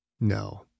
No